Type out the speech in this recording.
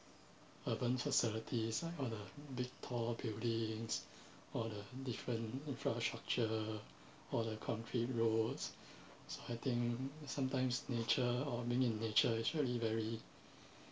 urban facilities like all the big tall buildings or the different infrastructure or the country roads so I think sometimes nature or being in nature actually very